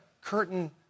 curtain